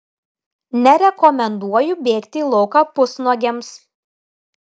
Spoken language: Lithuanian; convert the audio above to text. nerekomenduoju bėgti į lauką pusnuogiams